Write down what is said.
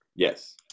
Yes